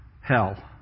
hell